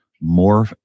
more